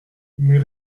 mais